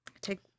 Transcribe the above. take